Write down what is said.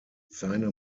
seine